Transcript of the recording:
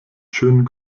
schönen